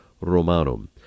Romanum